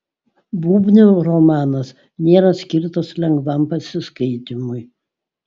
bubnio romanas nėra skirtas lengvam pasiskaitymui